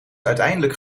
uiteindelijk